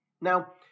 Now